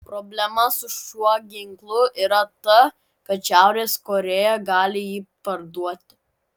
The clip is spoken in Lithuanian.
problema su šiuo ginklu yra ta kad šiaurės korėja gali jį parduoti